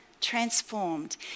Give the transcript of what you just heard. transformed